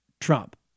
Trump